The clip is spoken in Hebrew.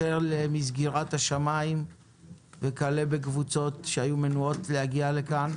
החל מסגירת השמיים וכלה בקבוצות שהיו מנועות מלהגיע לכאן,